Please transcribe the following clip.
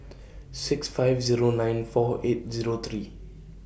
six five Zero nine four eight Zero three